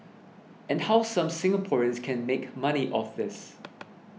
and how some Singaporeans can make money off this